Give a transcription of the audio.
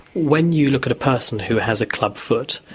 when you look at a person who has a clubfoot,